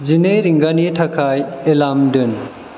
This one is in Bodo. जिनै रिंगानि थाखाय एलार्म दोन